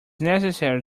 necessary